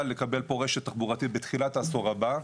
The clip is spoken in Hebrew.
לקבל פה רשת תחבורתית בתחילת העשור הבא,